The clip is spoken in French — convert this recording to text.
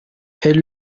elle